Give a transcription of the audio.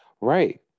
Right